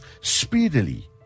speedily